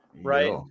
right